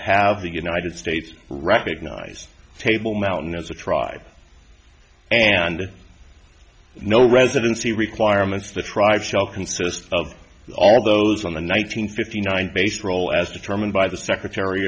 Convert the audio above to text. have the united states recognize table mountain as a tribe and no residency requirements the tribe shall consist of all those on the nine hundred fifty nine based role as determined by the secretary